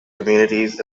communities